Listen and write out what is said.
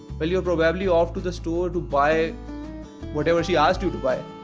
well, you're probably off to the store to buy whatever she asked you to buy